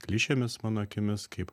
klišėmis mano akimis kaip